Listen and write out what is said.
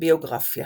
ביוגרפיה